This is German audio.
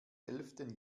elften